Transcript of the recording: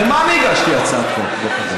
למה אני הגשתי הצעת חוק?